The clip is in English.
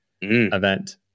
event